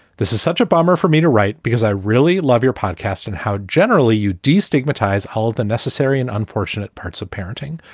this is such a bummer for me to write because i really love your podcast and how generally you destigmatize all the necessary and unfortunate parts of parenting.